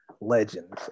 Legends